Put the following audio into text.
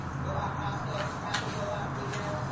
robot roscoe, rapid robot repair.